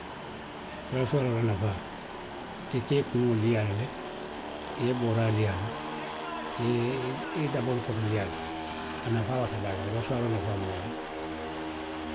Raasuwaaroo la nafaa, i ka i kuŋo lii a la le. i ye i booraa lii a la. i ye i, i ye i daboolu koto lii a la. A nafaa warata baaker raasuwaaroo nafaa mu wo le ti.